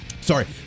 Sorry